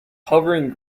hovering